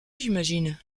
j’imagine